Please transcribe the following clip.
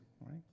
right